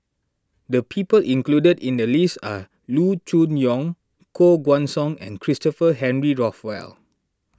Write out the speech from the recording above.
the people included in the list are Loo Choon Yong Koh Guan Song and Christopher Henry Rothwell